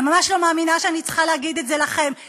אני ממש לא מאמינה שאני צריכה לומר את זה לכם,